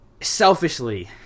selfishly